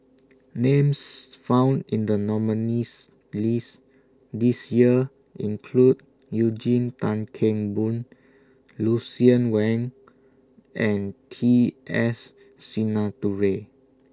Names found in The nominees' list This Year include Eugene Tan Kheng Boon Lucien Wang and T S Sinnathuray